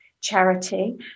Charity